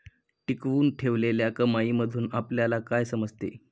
टिकवून ठेवलेल्या कमाईमधून आपल्याला काय समजते?